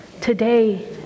today